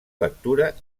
lectura